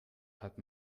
hat